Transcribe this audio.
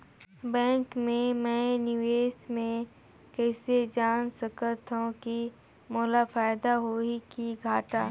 Bank मे मैं निवेश मे कइसे जान सकथव कि मोला फायदा होही कि घाटा?